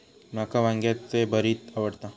माका वांग्याचे भरीत आवडता